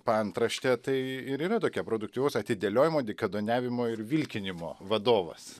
paantraštė tai ir yra tokia produktyvaus atidėliojimo dykaduoniavimo ir vilkinimo vadovas